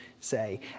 say